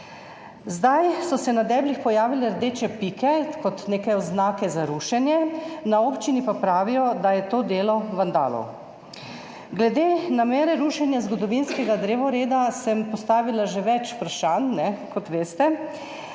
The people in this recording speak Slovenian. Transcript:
Zdaj so se na deblih pojavile rdeče pike kot neke oznake za rušenje, na občini pa pravijo, da je to delo vandalov. Glede namere rušenja zgodovinskega drevoreda sem postavila že več vprašanj, kot veste,